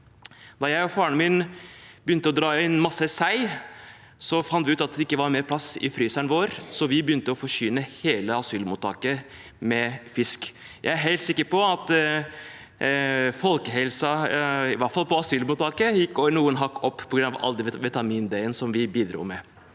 Da jeg og faren min begynte å dra inn masse sei, fant vi ut at det ikke var mer plass i fryseren vår, så vi begynte å forsyne hele asylmottaket med fisk. Jeg er helt sikker på at folkehelsen, i hvert fall på asylmottaket, gikk noen hakk opp på grunn av den mengden vitamin D som vi bidro med.